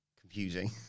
Confusing